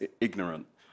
ignorant